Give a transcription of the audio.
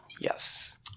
Yes